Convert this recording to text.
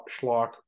schlock